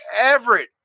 Everett